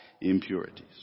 impurities